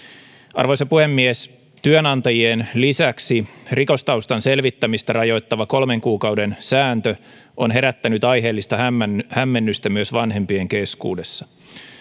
arvoisa puhemies työnantajien lisäksi rikostaustan selvittämistä rajoittava kolmen kuukauden sääntö on herättänyt aiheellista hämmennystä hämmennystä myös vanhempien keskuudessa